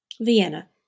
Vienna